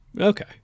Okay